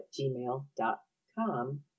gmail.com